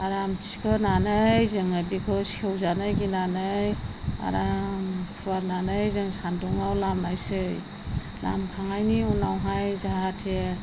आराम थिखोनानै जोङो बेखौ सेवजानो गिनानै आराम फुवारनानै जों सान्दुङाव लामनोसै लामखांनायनि उनावहाय जाहाथे